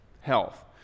Health